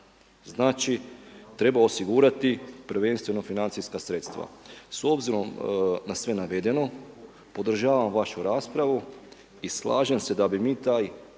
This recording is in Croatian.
znači treba osigurati prvenstveno financijska sredstva. S obzirom na sve navedeno podržavam vašu raspravu i slažem se da bi mi taj